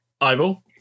Eyeball